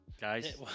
guys